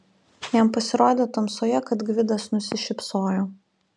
jam pasirodė tamsoje kad gvidas nusišypsojo